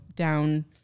Down